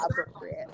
appropriate